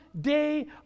day